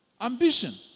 Ambition